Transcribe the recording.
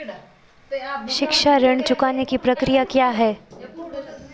शिक्षा ऋण चुकाने की प्रक्रिया क्या है?